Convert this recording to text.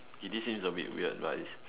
K this seems a bit weird but is